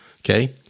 Okay